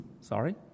sorry